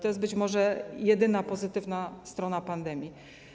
To jest, być może, jedyna pozytywna strona pandemii.